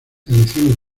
elecciones